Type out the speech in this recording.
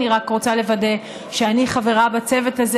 אני רק רוצה לוודא שאני חברה בצוות הזה